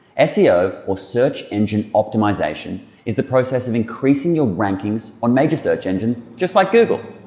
ah seo or search engine optimization is the process of increasing your rankings on major search engines just like google.